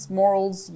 morals